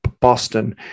boston